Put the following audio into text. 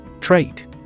Trait